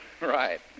Right